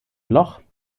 loch